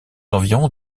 environs